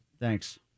Thanks